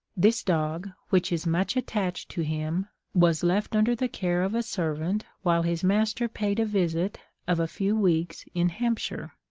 this dog, which is much attached to him, was left under the care of a servant while his master paid a visit of a few weeks in hampshire.